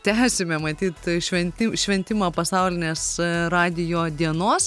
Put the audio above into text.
tęsime matyt šventi šventimą pasaulinės radijo dienos